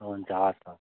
हुन्छ हवस् हवस्